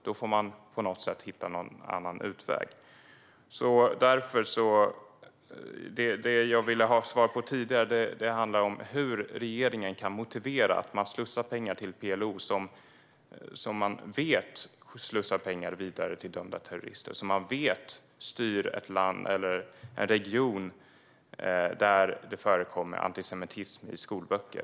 Då får man på något sätt hitta någon annan utväg. Det jag ville ha svar på tidigare handlade om hur regeringen kan motivera att man slussar pengar till PLO som man vet slussar pengar vidare till dömda terrorister och som styr en region där det förekommer antisemitism i skolböcker.